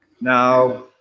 Now